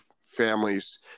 families